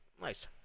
Nice